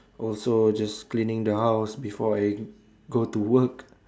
also just cleaning the house before I go to work